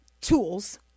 tools